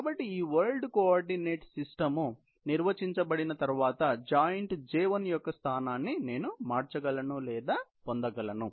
కాబట్టి ఈ world coordinate system నిర్వచించబడిన తర్వాత జాయింట్ J1 యొక్క స్థానాన్ని నేను మార్చగలను లేదా పొందగలను